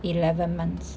eleven months